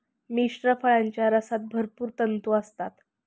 मिश्र फळांच्या रसात भरपूर तंतू असतात